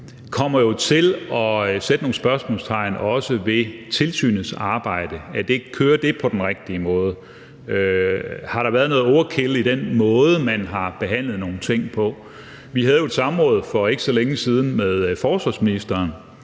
kommer til at sætte nogle spørgsmålstegn, også ved tilsynets arbejde: Kører det på den rigtige måde? Har der været noget overkill i den måde, man har behandlet nogle ting på? Vi havde jo et samråd for ikke så længe siden med forsvarsministeren,